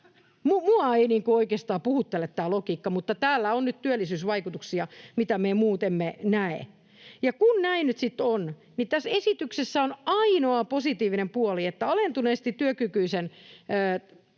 Minua ei oikeastaan puhuttele tämä logiikka. Mutta tällä on nyt työllisyysvaikutuksia, mitä me muut emme näe. Ja kun näin nyt sitten on, niin tässä esityksessä on ainoa positiivinen puoli se, että alentuneesti työkykyisen